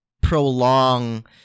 prolong